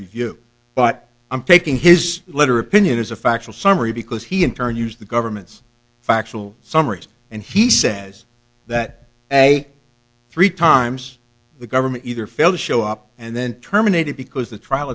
review but i'm taking his letter opinion as a factual summary because he in turn used the government's factual summaries and he says that a three times the government either failed to show up and then terminated because the trial